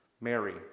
Mary